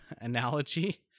analogy